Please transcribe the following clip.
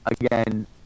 again